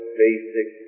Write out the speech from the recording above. basic